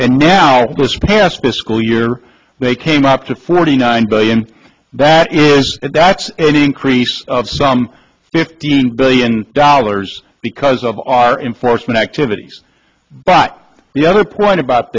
and now this past the school year they came up to forty nine billion that is that's increase of some fifteen billion dollars because of our in force and activities but the other point about